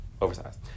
oversized